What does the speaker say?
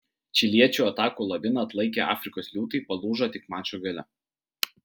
čiliečių atakų laviną atlaikę afrikos liūtai palūžo tik mačo gale